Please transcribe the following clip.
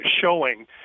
showing